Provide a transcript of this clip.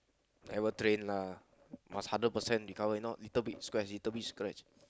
never train lah must hundred percent recover if not little bit scratch little bit scratch